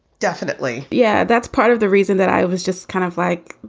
definitely yeah. that's part of the reason that i was just kind of like,